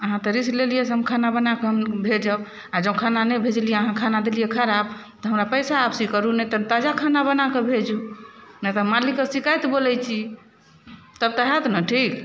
अहाँ तऽ रिस्क लेलियै से हम खाना बना कऽ हम भेजब आ जँ खाना नहि भेजलियै अहाँ खाना देलियै खराप तऽ हमरा पैसा वापस करु ने तऽ ताजा खाना बना कऽ भेजु ने तऽ मालिकके शिकाएत बोलै छी तब तऽ होयत ने ठीक